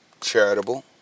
charitable